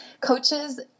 coaches